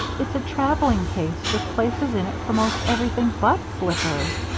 it's a traveling case with places in it for most everything but slippers.